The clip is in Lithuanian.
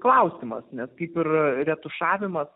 klausimas nes kaip ir retušavimas